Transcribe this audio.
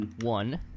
one